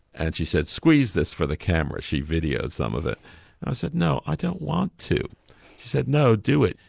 and she said squeeze this for the camera, she videoed some of it. and i said no, i don't want to and she said no, do it,